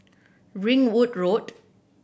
Ringwood Road